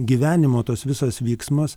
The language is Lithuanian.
gyvenimo tas visas vyksmas